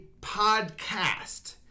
podcast